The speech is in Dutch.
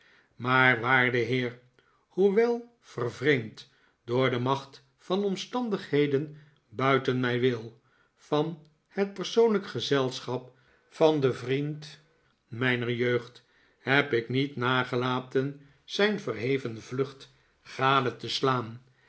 maar waarde heer hoewel vervreemd door de macht van omstandigheden buiten mijn wil van het persoonlijke gezelschap van den vriend mijner jeugd heb ik niet nagelaten zijn verheven vlucht gade te slaan